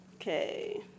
Okay